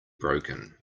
broken